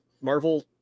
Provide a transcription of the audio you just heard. Marvel